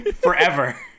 forever